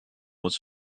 was